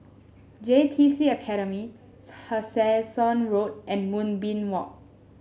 J T C Academy Tessensohn Road and Moonbeam Walk